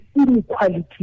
inequality